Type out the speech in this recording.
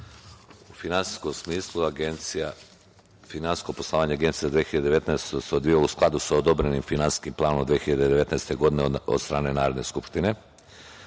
U finansijskom smislu, finansijsko poslovanje Agencije za 2019. godinu se odvijalo u skladu sa odobrenim finansijskim planom u 2019. godini od strane Narodne skupštine,